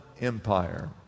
Empire